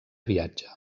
viatge